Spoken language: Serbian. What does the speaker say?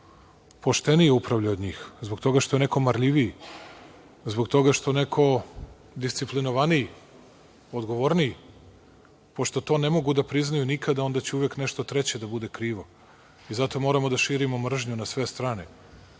poštenije upravljao od njih, zbog toga što je neko marljiviji, zbog toga što je neko disciplinovaniji, odgovorniji? Pošto to ne mogu da priznaju nikada, onda će uvek nešto treće da bude krivo i zato moramo da širimo mržnju na sve strane.I